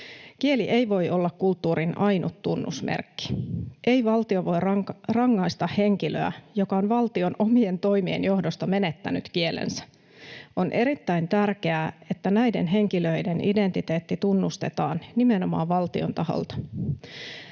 Kieli ei voi olla kulttuurin ainut tunnusmerkki. Ei valtio voi rangaista henkilöä, joka on valtion omien toimien johdosta menettänyt kielensä. On erittäin tärkeää, että näiden henkilöiden identiteetti tunnustetaan nimenomaan valtion taholta.